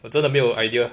我真的没有 idea